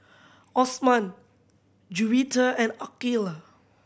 Osman Juwita and Aqilah